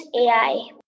AI